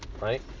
right